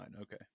Okay